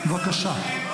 בבקשה.